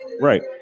Right